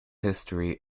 history